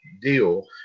deal